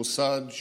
מוסד,